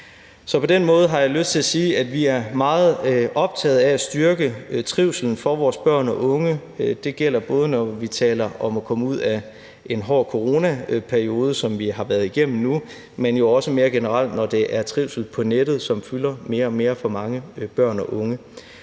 Så på den måde har jeg lyst til at sige, at vi er meget optaget af at styrke trivslen for vores børn og unge. Det gælder både, når vi taler om at komme ud af den hårde coronaperiode, som vi har været igennem nu, men jo også mere generelt, når det er trivsel på nettet, som fylder mere og mere for mange børn og unge.